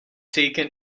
taken